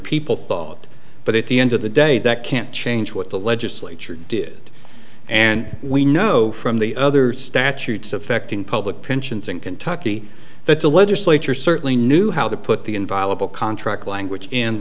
people thought but at the end of the day that can't change what the legislature did and we know from the other statutes affecting public pensions in kentucky that the legislature certainly knew how to put the inviolable contract language